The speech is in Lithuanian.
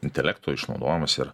intelekto išnaudojimas ir